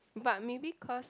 but maybe cause